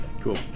Cool